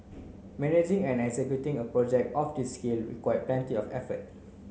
managing and executing a project of this scale required plenty of effort